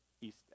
East